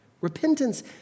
Repentance